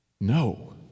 No